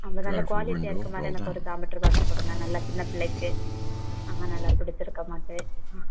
அந்த நல்லா குவாலிட்டியாக இருக்கற மாதிரியா எனக்கு ஒரு ஜாமெட்ரி பாக்ஸ் கொடுங்க நல்ல சின்ன பிள்ளைக்கு ஆ நல்லா பிடிச்சிருக்க மாதிரி ஆ